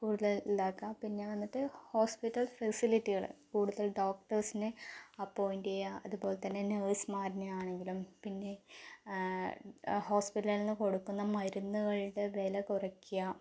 കൂടുതൽ ഇതാക്കുക പിന്നെ വന്നിട്ട് ഹോസ്പിറ്റൽ ഫെസിലിറ്റികൾ കൂടുതൽ ഡോക്ടർസിനെ അപ്പോയ്ൻറ് ചെയ്യുക അതുപോലെതന്നെ നേഴ്സുമാര് തന്നെ ആണെങ്കിലും പിന്നെ ആ ഹോസ്പിറ്റലിന് കൊടുക്കുന്ന മരുന്നുകളുടെ വില കുറയ്ക്കാം